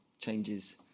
changes